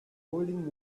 boiling